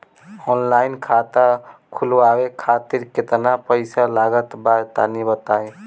Online खाता खूलवावे खातिर केतना पईसा लागत बा तनि बताईं?